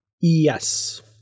Yes